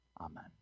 Amen